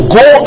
go